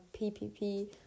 PPP